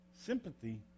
Sympathy